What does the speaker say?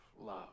love